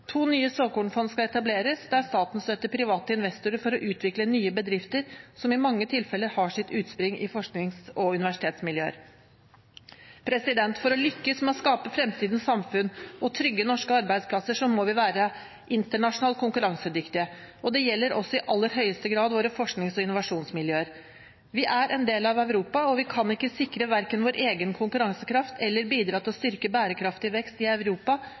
To nye såkornfond skal etableres, der staten støtter private investorer for å utvikle nye bedrifter, som i mange tilfeller har sitt utspring i forsknings- og universitetsmiljøer. For å lykkes med å skape fremtidens samfunn og trygge norske arbeidsplasser må vi være internasjonalt konkurransedyktige. Det gjelder også i aller høyeste grad våre forsknings- og innovasjonsmiljøer. Vi er en del av Europa, og vi kan verken sikre vår egen konkurransekraft eller bidra til å styrke bærekraftig vekst i Europa